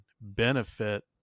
benefit